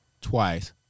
twice